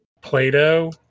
Plato